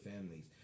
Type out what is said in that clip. families